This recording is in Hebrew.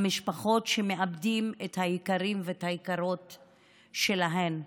המשפחות שמאבדות את היקרים ואת היקרות להן,